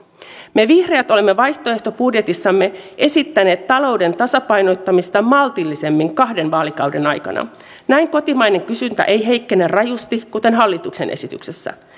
me vihreät olemme vaihtoehtobudjetissamme esittäneet talouden tasapainottamista maltillisemmin kahden vaalikauden aikana näin kotimainen kysyntä ei heikkene rajusti kuten hallituksen esityksessä